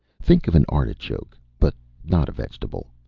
think of an artichoke. but not a vegetable.